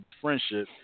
friendship